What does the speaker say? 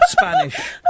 Spanish